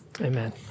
Amen